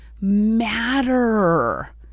matter